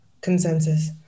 consensus